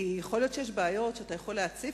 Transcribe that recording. כי יכול להיות שיש בעיות שאתה יכול להציף,